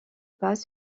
pas